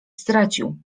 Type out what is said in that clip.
stracił